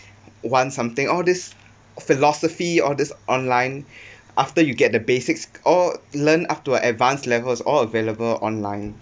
want something all this philosophy all these online after you get the basics all learned up to a advanced levels is all available online